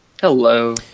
Hello